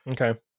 Okay